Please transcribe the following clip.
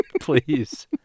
Please